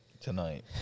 tonight